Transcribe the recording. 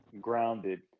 grounded